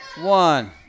one